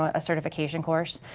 a certification course.